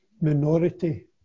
minority